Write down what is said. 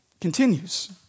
continues